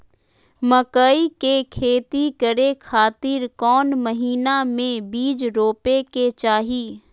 मकई के खेती करें खातिर कौन महीना में बीज रोपे के चाही?